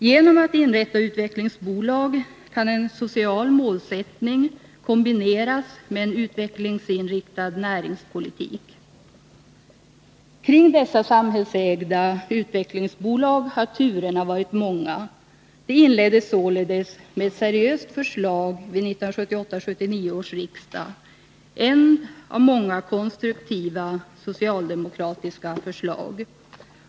Genom inrättande av utvecklingsbolag kan en social målsättning kombineras med en utvecklingsinriktad näringspolitik. Kring dessa samhällsägda utvecklingsbolag har turerna varit många. Det började således med ett seriöst förslag vid 1978/79 års riksmöte — ett av många konstruktiva socialdemokratiska förslag.